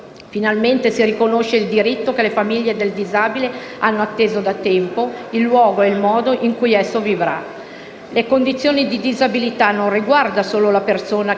Finalmente si riconosce il diritto che le famiglie del disabile hanno atteso da tempo: decidere il luogo e il modo in cui esso vivrà. La condizione di disabilità non riguarda solo le persone che